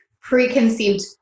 preconceived